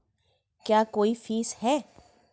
क्या कोई फीस है?